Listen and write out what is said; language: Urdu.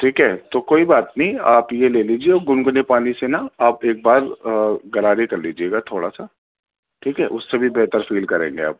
ٹھیک ہے تو کوئی بات نہیں آپ یہ لے لیجیے او گنگنے پانی سے نا آپ ایک بار غرارے کر لیجیے گا تھوڑا سا ٹھیک ہے اس سے بھی بیٹر فیل کریں گے آپ